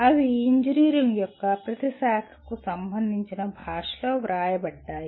అవి ఇంజనీరింగ్ యొక్క ప్రతి శాఖకు సంబంధించిన భాషలో వ్రాయబడ్డాయి